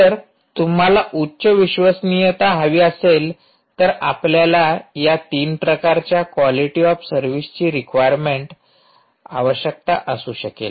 जर तुम्हाला उच्च विश्वसनीयता हवी असेल तर आपल्याला या तीन प्रकारच्या क्वालिटी ऑफ सर्विसची रिक्वायरमेंट आवश्यकता असू शकेल